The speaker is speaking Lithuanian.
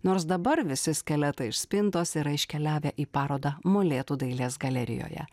nors dabar visi skeletai iš spintos yra iškeliavę į parodą molėtų dailės galerijoje